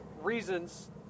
reasons